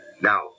Now